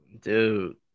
Dude